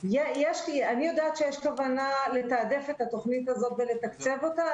אני יודעת שיש כוונה לתעדף את התוכנית הזאת ולתקצב אותה,